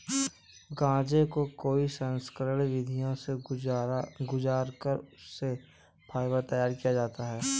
गांजे को कई संस्करण विधियों से गुजार कर उससे फाइबर तैयार किया जाता है